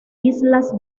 islas